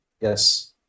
Yes